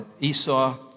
Esau